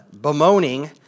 bemoaning